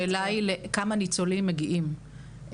השאלה היא לכמה ניצולים מגיעים,